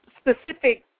specific